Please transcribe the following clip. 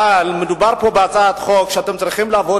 אבל מדובר פה בהצעת חוק שאתם צריכים לבוא,